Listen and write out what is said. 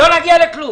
לא נגיע לכלום.